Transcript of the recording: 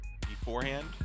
beforehand